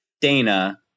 Dana